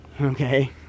Okay